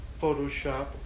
Photoshop